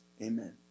amen